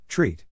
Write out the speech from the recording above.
Treat